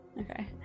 Okay